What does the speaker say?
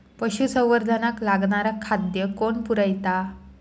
पशुसंवर्धनाक लागणारा खादय कोण पुरयता?